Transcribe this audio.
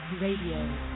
Radio